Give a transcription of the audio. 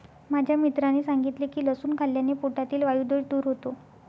माझ्या मित्राने सांगितले की लसूण खाल्ल्याने पोटातील वायु दोष दूर होतो